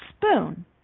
spoon